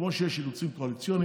כמו שיש אילוצים קואליציוניים,